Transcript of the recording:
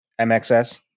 MXS